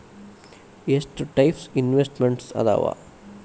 ಎಷ್ಟ types investments ಅದಾವ